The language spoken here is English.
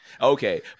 Okay